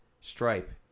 Stripe